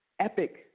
epic